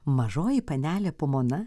mažoji panelė pamona